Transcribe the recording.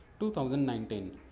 2019